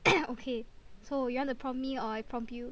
okay so you want to prompt me or I prompt you